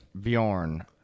Bjorn